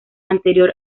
anterior